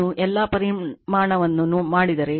ನಾನು ಎಲ್ಲಾ ಪರಿಮಾಣವನ್ನು ಮಾಡಿದರೆ